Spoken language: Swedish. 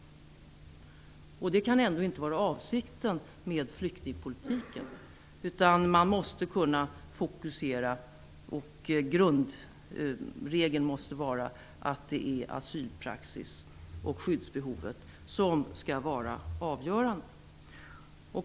Det kan ändå inte vara avsikten med flyktingpolitiken, utan grundregeln måste vara att asylpraxis och skyddsbehovet skall vara avgörande.